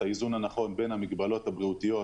האיזון הנכון בין המגבלות הבריאותיות